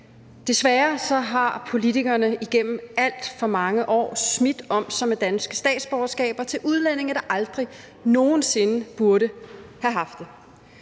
Desværre har politikerne igennem alt for mange år smidt om sig med danske statsborgerskaber til udlændinge, der aldrig nogen sinde burde have haft dem.